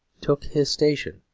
took his station,